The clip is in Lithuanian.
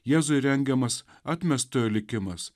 jėzui rengiamas atmestojo likimas